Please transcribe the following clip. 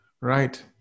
right